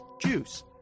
Juice